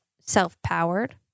self-powered